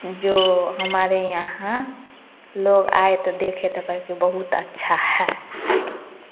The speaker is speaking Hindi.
जो हमारे यहाँ लोग आए तो देखे त कहे कि बहुत अच्छा है